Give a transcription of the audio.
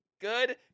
Good